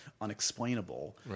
unexplainable